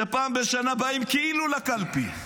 שפעם בשנה באים כאילו לקלפי,